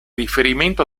riferimento